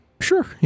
Sure